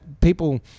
people